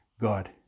God